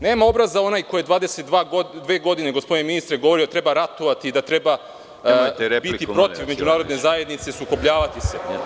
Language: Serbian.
Nema obraza onaj ko je 22 godine gospodine ministre govorio da treba ratovati i da treba protiv međunarodne zajednice, sukobljavati se.